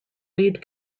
lead